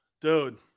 Dude